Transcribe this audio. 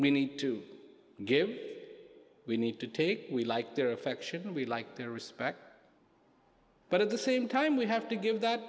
we need to give we need to take we like their affection we like their respect but at the same time we have to give that